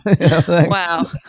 Wow